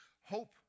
Hope